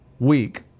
week